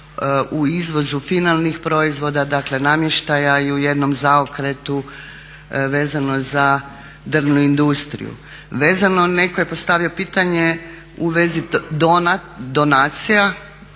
u izvozu finalnih proizvoda, dakle namještaja i u jednom zaokretu vezano za drvnu industriju. Vezano, neko je postavio pitanje u vezi donacija